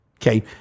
okay